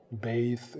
Bathe